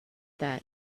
that